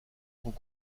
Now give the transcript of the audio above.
sont